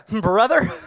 brother